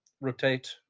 rotate